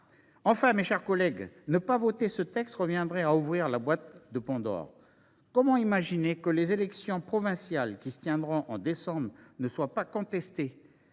Enfin, mes chers collègues, ne pas voter ce texte reviendrait à ouvrir la boîte de Pandore. Comment imaginer que les élections provinciales qui se tiendront au mois de décembre prochain ne soient pas contestées